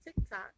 TikTok